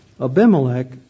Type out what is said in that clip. Abimelech